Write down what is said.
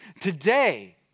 today